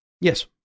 Yes